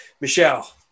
Michelle